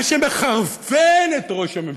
מה שמחרפן את ראש הממשלה,